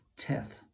Teth